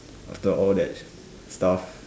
after all that stuff